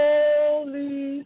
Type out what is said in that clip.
Holy